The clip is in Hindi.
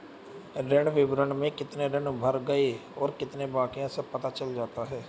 ऋण विवरण में कितने ऋण भर गए और कितने बाकि है सब पता चल जाता है